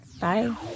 Bye